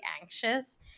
anxious